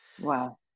Wow